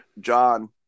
John